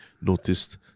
noticed